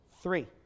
Three